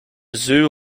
zoo